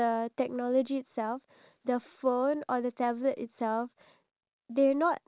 ya so due to the fact that the technology cannot give you an impression